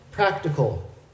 practical